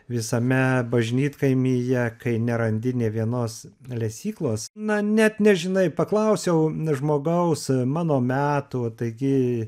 visame bažnytkaimyje kai nerandi nė vienos lesyklos na net nežinai paklausiau n žmogaus mano metų taigi